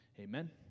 Amen